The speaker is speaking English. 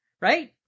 right